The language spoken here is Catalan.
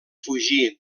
fugir